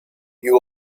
you